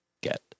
get